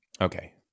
Okay